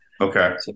okay